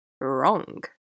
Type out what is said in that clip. Wrong